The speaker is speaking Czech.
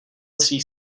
svých